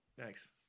Thanks